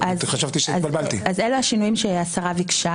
אלה השינויים שהשרה ביקשה.